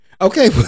Okay